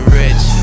rich